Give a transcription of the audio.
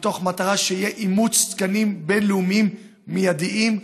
במטרה שיהיה אימוץ תקנים בין-לאומיים מיידיים,